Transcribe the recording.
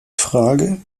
frage